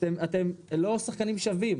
אתם לא שחקנים שווים,